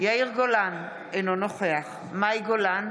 יאיר גולן, אינו נוכח מאי גולן,